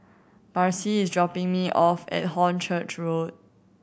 Marci is dropping me off at Hornchurch Road